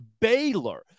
Baylor